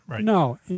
No